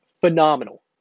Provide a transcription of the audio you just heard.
Phenomenal